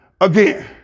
again